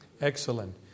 Excellent